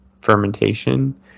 fermentation